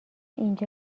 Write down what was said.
اینجا